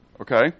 Okay